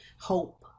hope